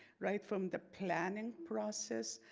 right from the planning process.